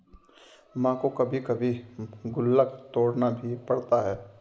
मां को कभी कभी गुल्लक तोड़ना भी पड़ता है